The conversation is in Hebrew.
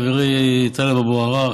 חברי טלב אבו עראר,